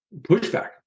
pushback